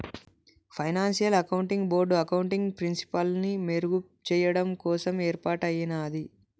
financial accounting board accounting ప్రిన్సిపల్స్ని మెరుగుచెయ్యడం కోసం యేర్పాటయ్యినాది